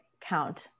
count